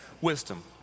wisdom